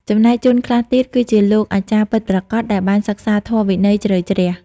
ចំណែកជនខ្លះទៀត គឺជាលោកអាចារ្យពិតប្រាកដ ដែលបានសិក្សាធម៌វិន័យជ្រៅជ្រះ។